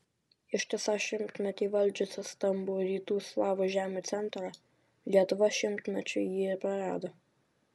ištisą šimtmetį valdžiusi stambų rytų slavų žemių centrą lietuva šimtmečiui jį ir prarado